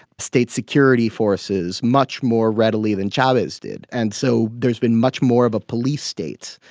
state security forces, much more readily than chavez did. and so there's been much more of a police state,